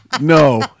No